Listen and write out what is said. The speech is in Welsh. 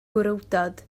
gwrywdod